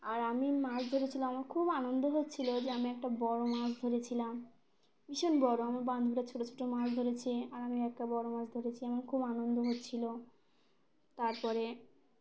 আর আমি মাছ ধরেছিলাম আমার খুব আনন্দ হচ্ছিল যে আমি একটা বড় মাছ ধরেছিলাম ভীষণ বড় আমার বান্ধবীরা ছোট ছোট মাছ ধরেছে আর আমি একটা বড় মাছ ধরেছি আমার খুব আনন্দ হচ্ছিল তার পরে